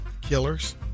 Killers